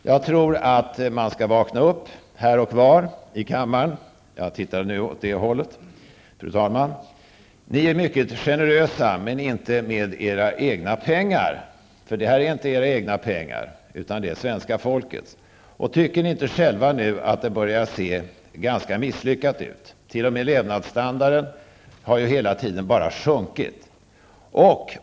Jag tror att man här i kammaren behöver vakna upp här och var -- jag tittar nu åt ett särskilt håll, fru talman. Ni är mycket generösa, men inte med era egna pengar, fast det här är inte fråga om era egna pengar utan om svenska folkets pengar. Tycker ni inte själva att det börjar se ganska misslyckat ut? T.o.m. levnadsstandarden har hela tiden sjunkit.